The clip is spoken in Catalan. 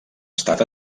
estat